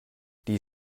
die